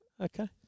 Okay